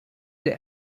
the